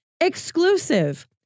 exclusive